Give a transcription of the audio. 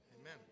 Amen